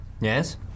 Yes